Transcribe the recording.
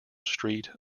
street